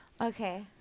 Okay